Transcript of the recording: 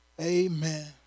Amen